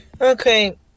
Okay